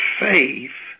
faith